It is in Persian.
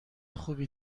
خوبی